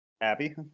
Abby